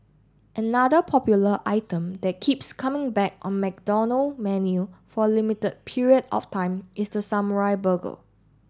another popular item that keeps coming back on McDonald menu for limited period of time is the samurai burger